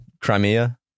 Crimea